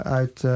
uit